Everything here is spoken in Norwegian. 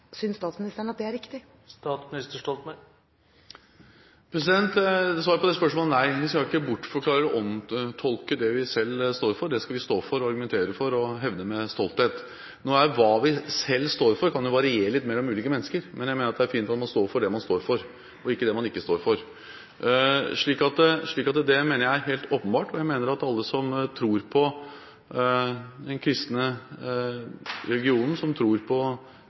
statsministeren at det er riktig? Svaret på det spørsmålet er nei. Vi skal ikke bortforklare og omtolke det vi selv står for. Det skal vi stå for, argumentere for og hevde med stolthet. Hva vi selv står for, kan jo variere litt mellom ulike mennesker. Men jeg mener det er fint at man står for det man står for, og ikke det man ikke står for. Det mener jeg er helt åpenbart. Jeg mener at alle som tror på den kristne religionen, som tror på